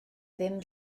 ddim